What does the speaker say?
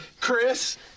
Chris